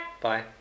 Bye